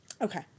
Okay